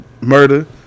murder